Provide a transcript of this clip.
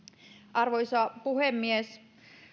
arvoisa puhemies